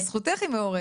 שבזכותך היא מעורבת.